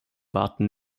warten